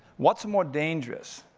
what's more dangerous?